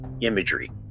imagery